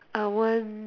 I want